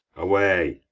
away!